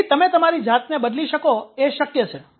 તેથી તમે તમારી જાતને બદલી શકો એ શક્ય છે